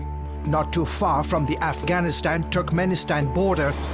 not too far from the afghanistan-turkmenistan border,